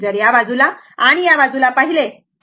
जर या बाजूला आणि या बाजुला पाहिले तर